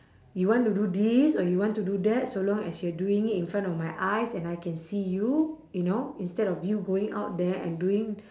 you want to do this or you want to do that so long as you're doing it in front of my eyes and I can see you you know instead of you going out there and doing